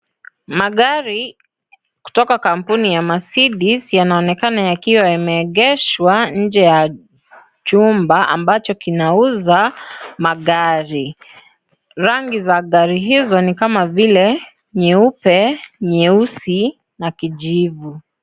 Magari kutoka kampuni ya Mercedes yanaonekana yakiwa yameegeshwa nje ya chumba ambacho kinauza magari, rangi za gari hizo ni kama vile nyeupe, nyeusi na kijivu.